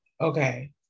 Okay